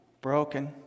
broken